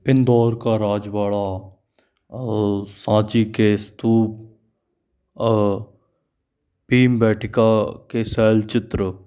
इंदौर का रजवाड़ा साँची के स्तूप भीमबेटका के शैलचित्र